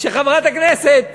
שחברת הכנסת